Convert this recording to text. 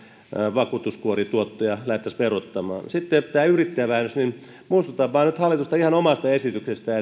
vakuutuskuorituottoja lähdettäisiin verottamaan sitten tämä yrittäjävähennys muistutan nyt hallitusta ihan vain omasta esityksestään